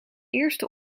eerste